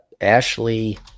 Ashley